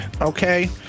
okay